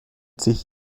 sich